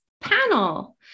panel